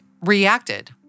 reacted